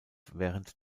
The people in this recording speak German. während